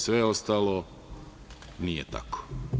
Sve ostalo nije tako.